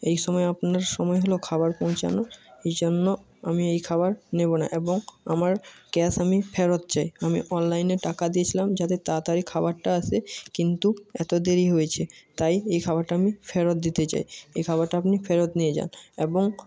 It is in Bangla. এই সময় আপনার সময় হল খাবার পৌঁছানোর এই জন্য আমি এই খাবার নেবো না এবং আমার ক্যাশ আমি ফেরত চাই আমি অনলাইনে টাকা দিয়েছিলাম যাতে তাড়াতাড়ি খাবারটা আসে কিন্তু এত দেরি হয়েছে তাই এই খাবারটা আমি ফেরত দিতে চাই এই খাবারটা আপনি ফেরত নিয়ে যান এবং